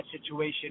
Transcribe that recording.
situation